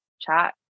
chat